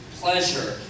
pleasure